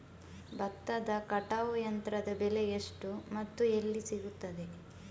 ಭತ್ತದ ಕಟಾವು ಯಂತ್ರದ ಬೆಲೆ ಎಷ್ಟು ಮತ್ತು ಎಲ್ಲಿ ಸಿಗುತ್ತದೆ?